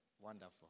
wonderful